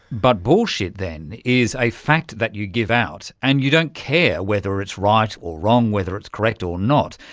but bullshit then is a fact that you give out, and you don't care whether it's right or wrong, whether it's correct or not,